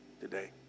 Today